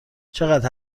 چقدر